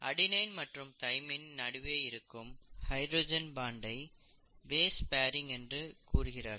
adenine மற்றும் தைமைனின் நடுவே இருக்கும் ஹைட்ரஜன் பாண்டை பேஸ் பேரிங் என்று கூறுகிறார்கள்